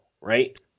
right